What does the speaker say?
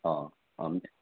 अँ अनि